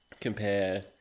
compare